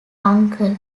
uncle